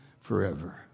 forever